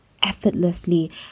effortlessly